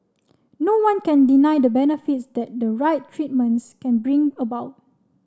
no one can deny the benefits that the right treatments can bring about